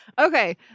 Okay